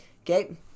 Okay